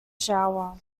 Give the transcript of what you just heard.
shower